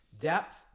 depth